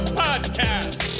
podcast